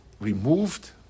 removed